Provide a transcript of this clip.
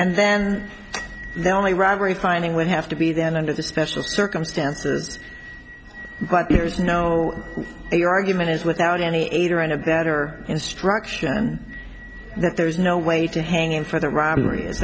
and then they only robbery finding would have to be then under the special circumstances but there's no way your argument is without any aider and abettor instruction that there is no way to hang him for the robbery is